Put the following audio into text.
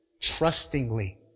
trustingly